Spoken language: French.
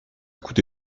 coûté